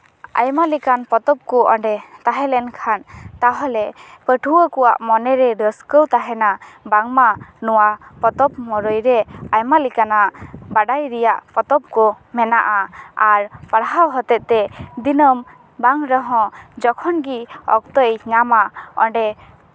ᱟᱭᱢᱟ ᱞᱮᱠᱟᱱ ᱯᱚᱛᱚᱵ ᱠᱚ ᱚᱸᱰᱮ ᱛᱟᱦᱮᱸ ᱞᱮᱱᱠᱷᱟᱱ ᱛᱟᱦᱚᱞᱮ ᱯᱟᱹᱴᱷᱩᱣᱟᱹ ᱠᱚᱣᱟᱜ ᱢᱚᱱᱮᱨᱮ ᱨᱟᱹᱥᱠᱟᱹ ᱛᱟᱦᱮᱱᱟ ᱵᱟᱝᱢᱟ ᱱᱚᱣᱟ ᱯᱚᱛᱚᱵ ᱢᱩᱨᱟᱹᱭ ᱨᱮ ᱟᱭᱢᱟ ᱞᱮᱠᱟᱱᱟᱜ ᱵᱟᱰᱟᱭ ᱨᱮᱭᱟᱜ ᱯᱚᱛᱚᱵ ᱠᱚ ᱢᱮᱱᱟᱜᱼᱟ ᱟᱨ ᱯᱟᱲᱦᱟᱣ ᱦᱚᱛᱮ ᱛᱮ ᱫᱤᱱᱟᱹᱢ ᱵᱟᱝ ᱨᱮᱦᱚᱸ ᱡᱚᱠᱷᱚᱱ ᱜᱮ ᱚᱠᱛᱚᱭ ᱧᱟᱢᱟ ᱚᱸᱰᱮ